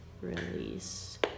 release